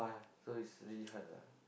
so is really hard ah